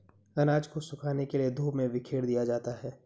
अनाज को सुखाने के लिए धूप में बिखेर दिया जाता है